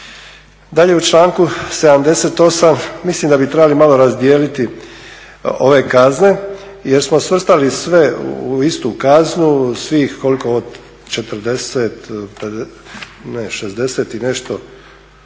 Dalje u članku 78.mislim da bi malo trebali razdijeliti ove kazne jer smo svrstali sve u istu kaznu svih 60 i nešto